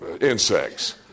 insects